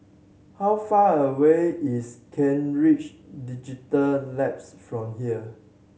how far away is Kent Ridge Digital Labs from here